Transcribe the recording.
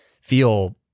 feel